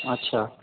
अच्छा